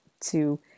to-